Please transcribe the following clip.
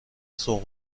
sont